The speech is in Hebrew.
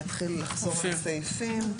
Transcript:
להתחיל לחזור על הסעיפים?